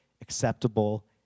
acceptable